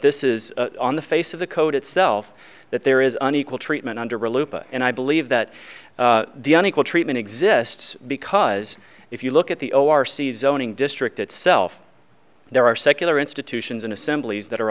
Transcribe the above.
this is on the face of the code itself that there is an equal treatment under and i believe that the unequal treatment exists because if you look at the o r c zoning district itself there are secular institutions and assemblies that are